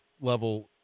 level